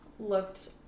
looked